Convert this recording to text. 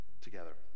together